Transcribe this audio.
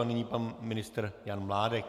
A nyní pan ministr Jan Mládek.